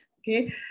okay